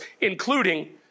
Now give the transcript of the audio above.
including